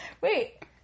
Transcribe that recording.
Wait